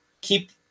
keep